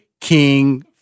king